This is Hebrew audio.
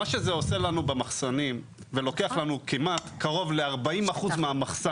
מה שזה עושה לנו במחסנים ולוקח לנו כמעט קרוב ל-40% מהמחסן,